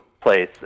place